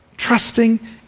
Trusting